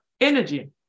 energy